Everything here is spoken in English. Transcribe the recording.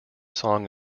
song